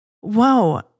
Whoa